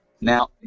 Now